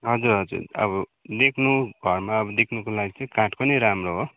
हजुर हजुर अब देख्नु घरमा अब देख्नुको लागि चाहिँ काठको नै राम्रो हो